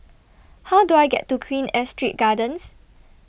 How Do I get to Queen Astrid Gardens